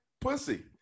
pussy